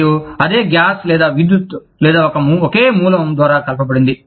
మరియు అదే గ్యాస్ లేదా విద్యుత్ లేదా ఒకే మూలం ద్వారా కలపబడింది